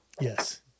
Yes